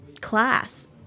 class